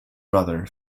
brother